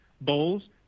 bowls